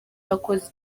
yakoze